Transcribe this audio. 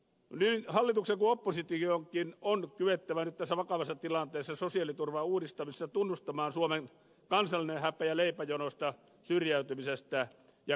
niin hallituksen kuin oppositionkin on kyettävä nyt tässä vakavassa tilanteessa sosiaaliturvan uudistamisessa tunnustamaan suomen kansallinen häpeä leipäjonoista syrjäytymisestä ja köyhyydestä